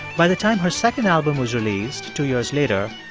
by the time her second album was released two years later,